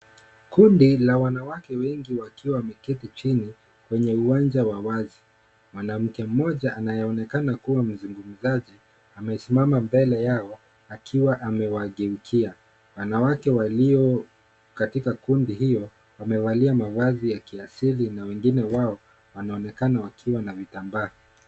Kundi la wanawake wengi wakiwa wameketi chini kwenye uwanja wa wazi. Mwanamke mmoja anayeonekana kuwa mzungumzaji amesimama mbele yao akiwa amewageukia. Wanawake walio katika kundi hilo wamevalia mavazi ya kiasili na wengine wao wanaonekana wakiwa na vitambaa.